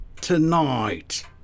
Tonight